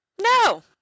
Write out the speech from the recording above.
no